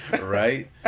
Right